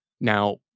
now